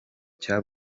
cya